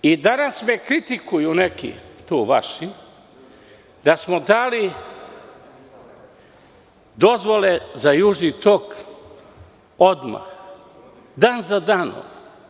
Danas me kritikuju neki tu vaši da smo dali dozvole za Južni tok odmah, dan za danom.